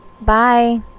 bye